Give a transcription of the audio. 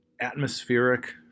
atmospheric